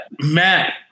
Matt